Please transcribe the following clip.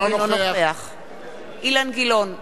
אינו נוכח אילן גילאון,